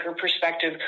perspective